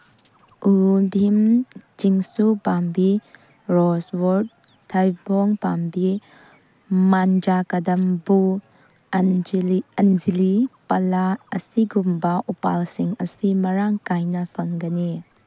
ꯎ ꯕꯤꯝ ꯆꯤꯡꯁꯨ ꯄꯥꯝꯕꯤ ꯔꯣꯁ ꯋꯨꯠ ꯊꯩꯕꯣꯡ ꯄꯥꯝꯕꯤ ꯃꯟꯖꯥꯀꯗꯝꯕꯨ ꯑꯟꯖꯤꯂꯤ ꯄꯂꯥ ꯑꯁꯤꯒꯨꯝꯕ ꯎꯄꯥꯜꯁꯤꯡ ꯑꯁꯤ ꯃꯔꯥꯡ ꯀꯥꯏꯅ ꯐꯪꯒꯅꯤ